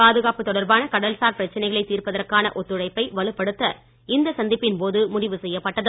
பாதுகாப்பு தொடர்பான கடல்சார் பிரச்சனைகளை தீர்ப்பதற்கான ஒத்துழைப்பை வலுப்படுத்த இந்த சந்திப்பின் போது முடிவு செய்யப்பட்டது